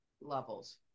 levels